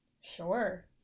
Sure